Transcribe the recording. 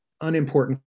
unimportant